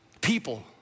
People